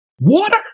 Water